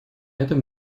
этом